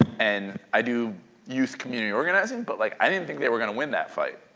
and i do use community organizing, but like i didn't think they were going to win that fight,